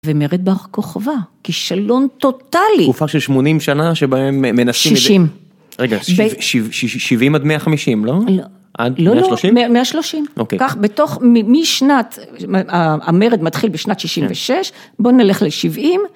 ומרד בר כוכבא, כישלון טוטאלי. תקופה של 80 שנה שבהם מנסים... 60. רגע, 70 עד 150, לא? לא. עד 130? לא לא, 130. כך בתוך, משנת, המרד מתחיל בשנת 66', בוא נלך ל-70...